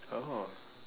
oh